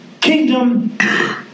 kingdom